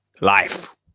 life